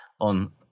on